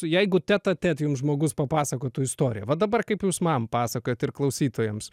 jeigu teta tet jums žmogus papasakotų istoriją va dabar kaip jūs man pasakojat ir klausytojams